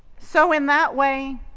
so in that way,